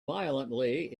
violently